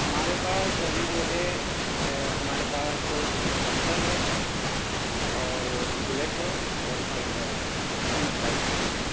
ہمارے پاس ابھی جو ہے ہمارے پاس پلسر ہے اور بلیٹ ہے اور اسپلنڈر ہے کون سی بائک چاہیے آپ کو